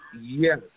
yes